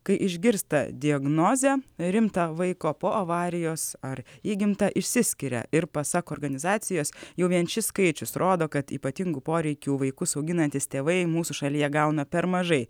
kai išgirsta diagnozę rimtą vaiko po avarijos ar įgimtą išsiskiria ir pasak organizacijos jau vien šis skaičius rodo kad ypatingų poreikių vaikus auginantys tėvai mūsų šalyje gauna per mažai